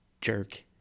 jerk